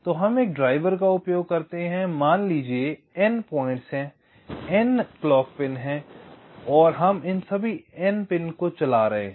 तो हम एक ड्राइवर का उपयोग करते हैं और मान लीजिये N पॉइंट्स हैं N घड़ी पिन हैं हम इन सभी N पिन को चला रहे हैं